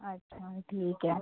अच्छा मग ठीक आहे